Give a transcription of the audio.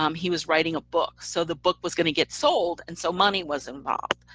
um he was writing a book so the book was going to get sold and so money was involved.